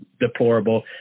deplorable